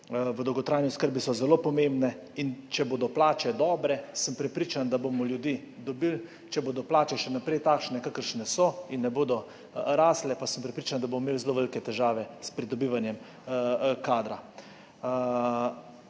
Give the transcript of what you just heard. v dolgotrajni oskrbi so zelo pomembne in če bodo plače dobre, sem prepričan, da bomo ljudi dobili. Če bodo plače še naprej takšne, kakršne so in ne bodo rasle, pa sem prepričan, da bomo imeli zelo velike težave s pridobivanjem kadra.